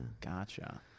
Gotcha